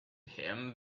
him